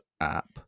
app